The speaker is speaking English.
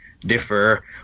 differ